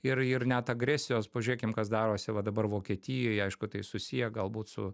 ir ir net agresijos pažiūrėkim kas darosi va dabar vokietijoj aišku tai susiję galbūt su